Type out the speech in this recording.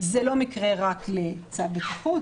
זה לא מקרה רק לצעד בטיחות,